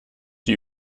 die